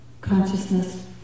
consciousness